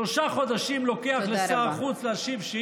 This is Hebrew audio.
שלושה חודשים לוקח לשר חוץ להשיב, תודה רבה.